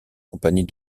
compagnie